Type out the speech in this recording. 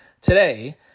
today